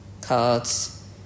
Cards